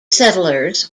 settlers